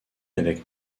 avec